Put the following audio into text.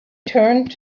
turned